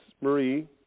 Marie